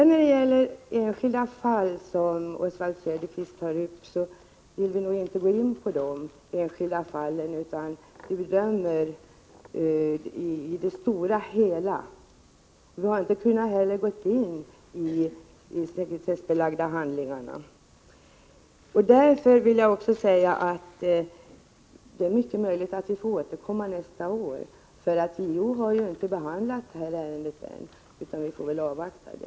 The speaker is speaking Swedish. När det gäller de enskilda fall som Oswald Söderqvist tar upp anser jag inte att vi kan gå in på dem, utan vi bör bedöma frågan i stort. Vi har inte heller kunnat ta del av de sekretessbelagda handlingarna. Eftersom JO ännu inte har behandlat detta ärende får vi avvakta det och eventuellt återkomma nästa år.